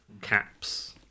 CAPS